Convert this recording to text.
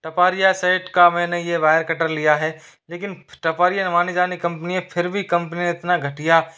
Taparia set का मैंने यह वायर कटर लिया है लेकिन टपारिया माने जाने कम्पनी है फिर भी कम्पनी ने इतना घटिया